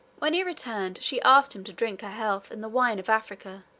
when he returned she asked him to drink her health in the wine of africa,